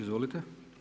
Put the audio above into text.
Izvolite.